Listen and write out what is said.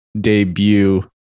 debut